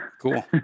Cool